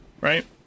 right